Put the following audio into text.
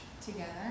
together